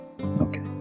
Okay